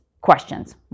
questions